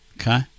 Okay